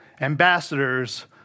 ambassadors